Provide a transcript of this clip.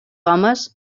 homes